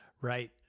Right